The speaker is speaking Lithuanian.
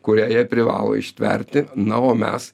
kurią jie privalo ištverti na o mes